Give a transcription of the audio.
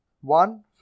One